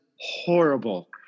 horrible